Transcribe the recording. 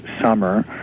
summer